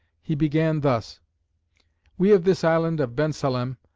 he began thus we of this island of bensalem,